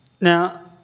Now